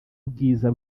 bwiza